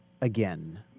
again